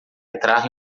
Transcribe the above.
entrar